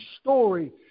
story